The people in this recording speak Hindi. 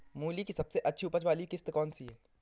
मूली की सबसे अच्छी उपज वाली किश्त कौन सी है?